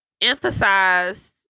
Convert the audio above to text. emphasize